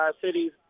cities